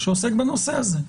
שעוסק בנושא הזה.